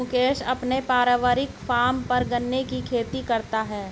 मुकेश अपने पारिवारिक फॉर्म पर गन्ने की खेती करता है